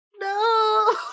No